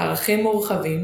עוד שני בנים ובת,